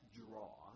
draw